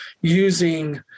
using